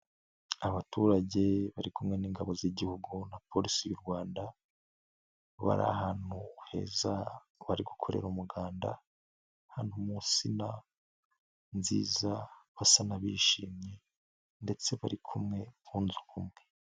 aAbaturage bari kumwe n'ingabo z'igihugu na polisi y'u Rwanda, bari ahantu heza bari gukorera umuganda, ahantu mu nsina nziza basa n'abishimye, ndetse bari kumwe ku nzu umwe.